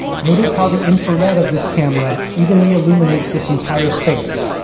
notice how the infrared of this camera evenly illuminates this entire space.